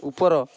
ଉପର